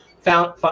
found